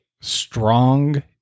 strong